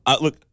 Look